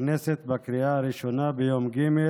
בכנסת בקריאה הראשונה ביום ג',